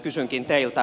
kysynkin teiltä